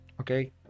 Okay